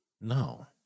No